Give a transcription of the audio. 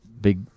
big